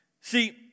See